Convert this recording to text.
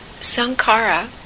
Sankara